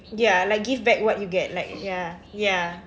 ya like give back what you get like ya ya